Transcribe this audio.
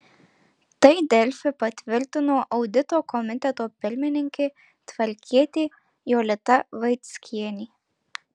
tai delfi patvirtino audito komiteto pirmininkė tvarkietė jolita vaickienė